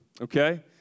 Okay